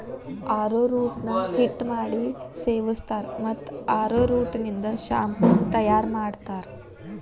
arrowroot ನ ಹಿಟ್ಟ ಮಾಡಿ ಸೇವಸ್ತಾರ, ಮತ್ತ ಅರೋರೂಟ್ ನಿಂದ ಶಾಂಪೂ ನು ತಯಾರ್ ಮಾಡ್ತಾರ